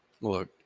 Look